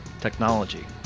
technology